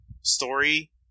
story